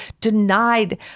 denied